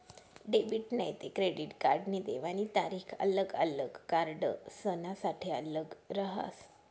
debit नैते credit कार्डनी देवानी तारीख आल्लग आल्लग कार्डसनासाठे आल्लग रहास